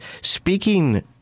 Speaking